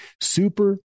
super